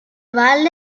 valle